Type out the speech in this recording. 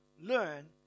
learn